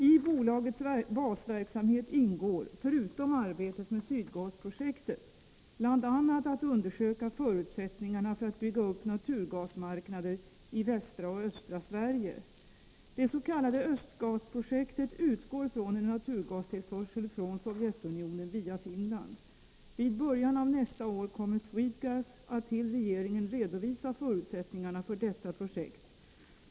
I bolagets basverksamhet ingår, förutom arbetet med Sydgasprojektet, bl.a. att undersöka förutsättningarna för att bygga upp naturgasmarknader i västra och östra Sverige. Det s.k. Östgasprojektet utgår från en naturgastillförsel från Sovjetunionen via Finland. Vid början av nästa år kommer Swedegas att till regeringen redovisa förutsättningarna för detta projekt.